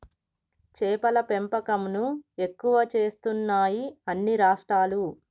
చేపల పెంపకం ను ఎక్కువ చేస్తున్నాయి అన్ని రాష్ట్రాలు